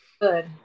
good